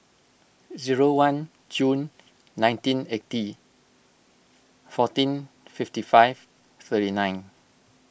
zero one Jun nineteen eighty fourteen fifty five thirty nine